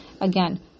Again